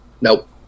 Nope